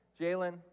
Jalen